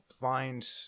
find